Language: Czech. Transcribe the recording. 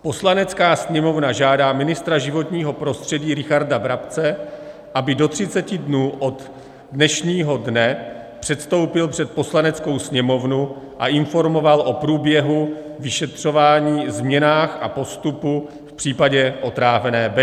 Poslanecká sněmovna žádá ministra životního prostředí Richarda Brabce, aby do 30 dnů od dnešního dne předstoupil před Poslaneckou sněmovnu a informoval o průběhu vyšetřování, změnách a postupu v případě otrávené Bečvy.